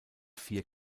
vier